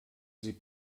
sie